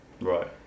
right